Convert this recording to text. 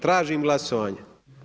Tražim glasovanje.